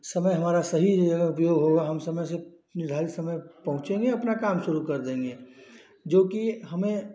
समय हमारा सही उपयोग होगा हम समय से निर्धारित समय पहुँचेंगे अपना काम शुरू कर देंगे जोकि हमें